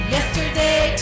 Yesterday